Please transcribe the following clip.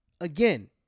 again